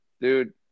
Dude